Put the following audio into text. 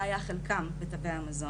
מה היה חלקם בתווי המזון.